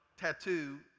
tattoo